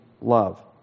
love